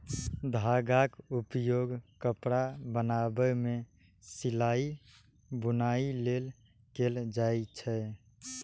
धागाक उपयोग कपड़ा बनाबै मे सिलाइ, बुनाइ लेल कैल जाए छै